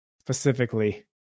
Specifically